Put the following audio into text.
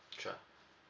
sure